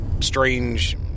strange